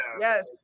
Yes